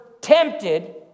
tempted